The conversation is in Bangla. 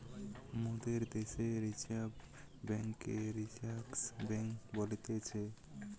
মোদের দ্যাশে রিজার্ভ বেঙ্ককে ব্যাঙ্কার্স বেঙ্ক বলতিছে